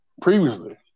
previously